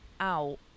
out